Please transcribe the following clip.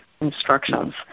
instructions